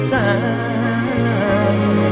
time